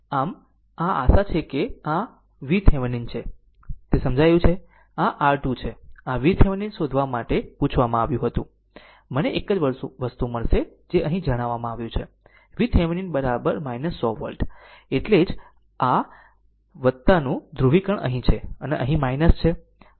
આમ આ આશા છે કે આ VThevenin છે તે સમજાયું છે આ R2 છે તે VThevenin શોધવા માટે પૂછવામાં આવ્યું હતું મને એક જ વસ્તુ મળશે જે અહીં જણાવવાનું છે VThevenin 100 વોલ્ટ એટલે જ આ નું ધ્રુવીકરણ અહીં છે અને અહીં છે